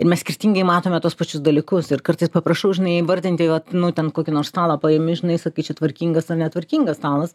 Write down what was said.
ir mes skirtingai matome tuos pačius dalykus ir kartais paprašau žinai įvardinti vat nu ten kokį nors stalą paimi žinai sakai čia tvarkingas ar netvarkingas stalas